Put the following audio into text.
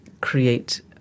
create